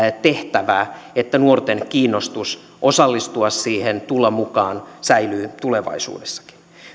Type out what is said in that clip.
tehtävää että nuorten kiinnostus osallistua siihen tulla mukaan säilyy tulevaisuudessakin